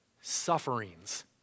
Sufferings